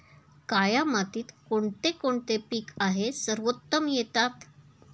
काया मातीत कोणते कोणते पीक आहे सर्वोत्तम येतात?